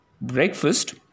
breakfast